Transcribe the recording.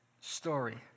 story